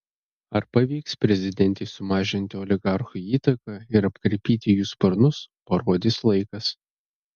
ar pavyks prezidentei sumažinti oligarchų įtaką ir apkarpyti jų sparnus parodys laikas